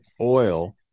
oil